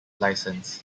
license